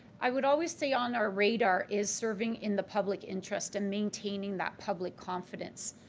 i would always say on our radar is serving in the public interest and maintaining that public confidence.